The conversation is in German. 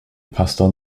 pastor